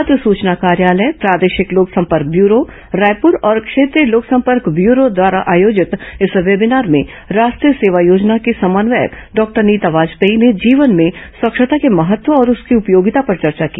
पत्र सूचना कार्यालय प्रादेशिक लोकसंपर्क ब्यूरो रायपुर और क्षेत्रीय लोकसंपर्क ब्यूरो द्वारा आयोजित इस वेबीनार में राष्ट्रीय सेवा योजना की समन्वयक डॉक्टर नीता वाजपेयी ने जीवन में स्वच्छता के महत्व और उसकी उपयोगिता पर चर्चा की